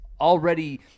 already